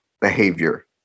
behavior